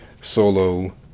solo